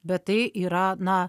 bet tai yra na